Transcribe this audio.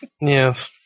Yes